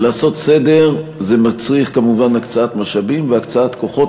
ולעשות סדר מצריך כמובן הקצאת משאבים והקצאת כוחות,